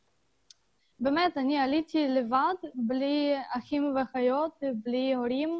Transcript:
אני עליתי לבד בלי אחים ואחיות, בלי הורים,